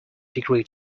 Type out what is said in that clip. degree